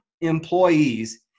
employees